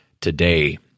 today